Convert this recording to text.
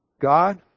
God